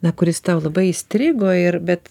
na kuris tau labai įstrigo ir bet